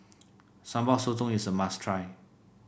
Sambal Sotong is a must try